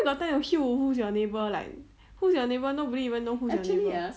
what time to hiu who's your neighbour like who's your neighbour nobody even know who's your neighbour